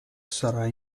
sarà